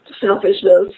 selfishness